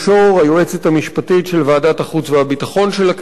היועצת המשפטית של ועדת החוץ והביטחון של הכנסת,